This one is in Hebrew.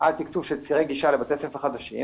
על תקצוב של צירי גישה לבתי ספר חדשים,